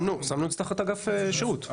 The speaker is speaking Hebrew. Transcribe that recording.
שמנו תחת אגף שירות,